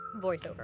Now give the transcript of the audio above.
voiceover